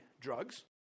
drugs